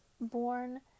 born